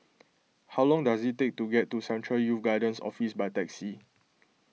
how long does it take to get to Central Youth Guidance Office by taxi